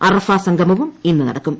അറഫ സംഗമവും ഇന്ന് നടക്കും